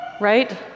right